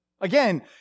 Again